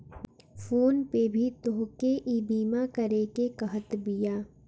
phone पे भी तोहके ईबीमा करेके कहत बिया